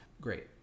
Great